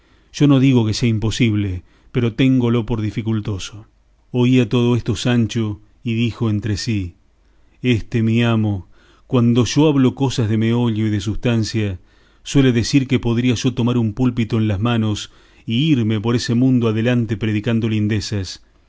yo no digo que sea imposible pero téngolo por dificultoso oía todo esto sancho y dijo entre sí este mi amo cuando yo hablo cosas de meollo y de sustancia suele decir que podría yo tomar un púlpito en las manos y irme por ese mundo adelante predicando